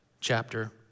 chapter